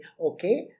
okay